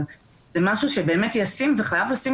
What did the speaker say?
אבל זה משהו שהוא באמת ישים וחייב לשים